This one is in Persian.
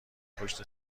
پشت